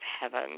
heaven